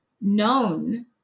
known